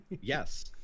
Yes